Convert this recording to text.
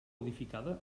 edificada